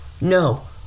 no